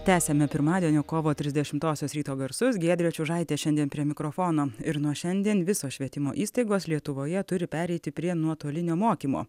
tęsiame pirmadienio kovo trisdešimtosios ryto garsus giedrė čiužaitė šiandien prie mikrofono ir nuo šiandien visos švietimo įstaigos lietuvoje turi pereiti prie nuotolinio mokymo